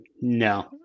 no